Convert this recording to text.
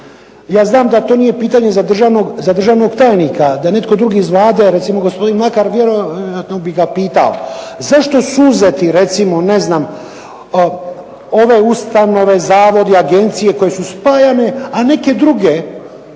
Ja znam da to nije pitanje za državnog tajnika, da je netko drugi iz Vlade recimo gospodin Mlakar vjerojatno bih ga pitao zašto su uzeti recimo ne znam ove ustanove, zavodi, agencije koje su spajane, a neke druge